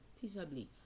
peaceably